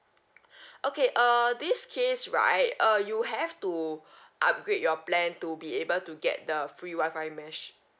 okay err this case right uh you have to upgrade your plan to be able to get the free Wi-Fi mesh